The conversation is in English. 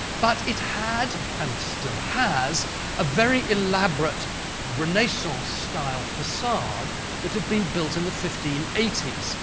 but it had and still has a very elaborate renaissance-style facade that had been built in the fifteen eighty s.